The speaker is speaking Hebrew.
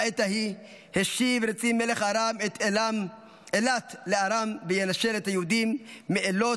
'בעת ההיא השיב רצין מלך ארם את אילת לארם וינשל את היהודים מאילות.